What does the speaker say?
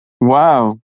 Wow